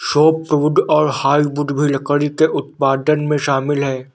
softwood और hardwood भी लकड़ी के उत्पादन में शामिल है